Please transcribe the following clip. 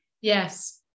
yes